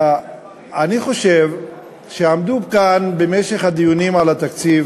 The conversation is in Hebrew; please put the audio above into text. אני חושב שעמדו כאן במשך הדיונים על התקציב